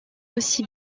aussi